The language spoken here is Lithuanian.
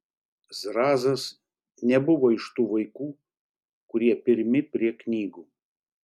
zrazas nebuvo iš tų vaikų kurie pirmi prie knygų